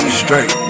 straight